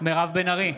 מירב בן ארי,